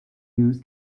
use